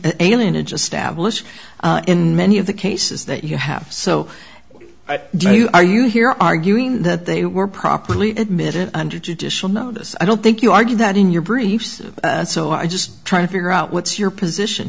stablish in many of the cases that you have so do you are you here arguing that they were properly admitted under judicial notice i don't think you argued that in your briefs so i just try to figure out what's your position